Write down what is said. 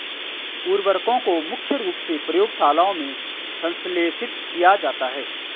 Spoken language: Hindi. उर्वरकों को मुख्य रूप से प्रयोगशालाओं में संश्लेषित किया जाता है